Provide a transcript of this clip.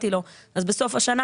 זה מה שאני אומר.